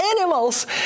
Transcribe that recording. animals